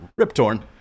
Riptorn